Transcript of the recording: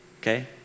Okay